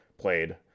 played